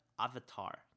avatar